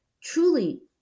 truly